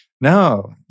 No